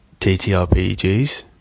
TTRPGs